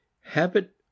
Habit